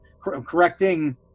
correcting